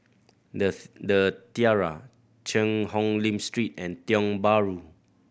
The Tiara Cheang Hong Lim Street and Tiong Bahru